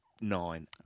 Nine